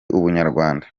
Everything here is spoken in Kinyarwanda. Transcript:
ubunyarwanda